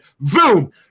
boom